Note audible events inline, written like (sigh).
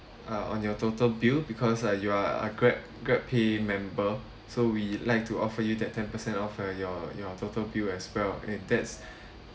uh on your total bill because like you are a Grab Grab pay member so we like to offer you that ten percent of uh your your total bill as well and that's (breath)